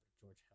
George